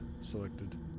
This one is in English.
selected